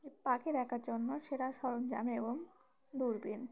যে পাখি দেখার জন্য সেটার সরঞ্জাম এবং দূরবীন